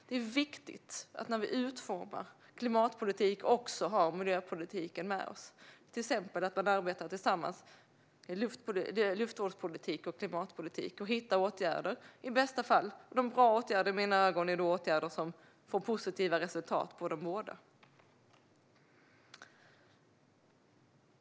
Det är viktigt att vi när vi utformar klimatpolitik också har miljöpolitiken med oss, till exempel att vi arbetar tillsammans med luftvårds och klimatpolitik och hittar åtgärder. Bra åtgärder är i mina ögon sådana som får positiva resultat på båda områdena.